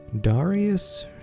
Darius